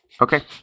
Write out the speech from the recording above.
Okay